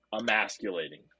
emasculating